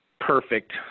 perfect